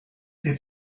der